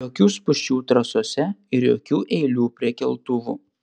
jokių spūsčių trasose ir jokių eilių prie keltuvų